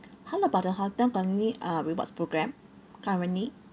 how about the hotel got any uh rewards program currently